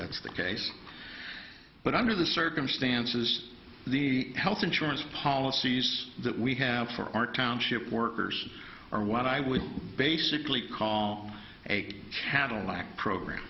that's the case but under the circumstances the health insurance policies that we have for our township workers are what i would basically call a cadillac program